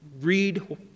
read